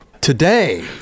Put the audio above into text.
today